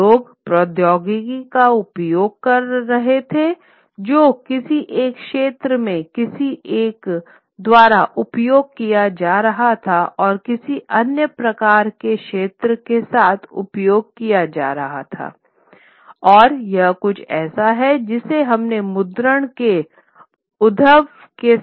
तो लोग प्रौद्योगिकी का उपयोग कर रहे थे जो किसी एक क्षेत्र में किसी के द्वारा उपयोग किया जा रहा है और किसी अन्य प्रकार के क्षेत्र के साथ प्रयोग किया जा रहा है और यह कुछ ऐसा है जिसे हमने मुद्रण के उद्भव के साथ भी देखा था